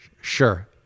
Sure